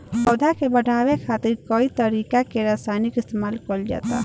पौधा के बढ़ावे खातिर कई तरीका के रसायन इस्तमाल कइल जाता